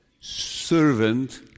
servant